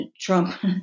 Trump